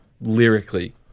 lyrically